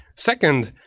second,